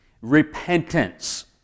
Repentance